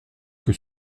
que